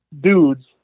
dudes